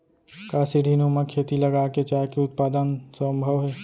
का सीढ़ीनुमा खेती लगा के चाय के उत्पादन सम्भव हे?